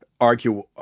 argue